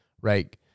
right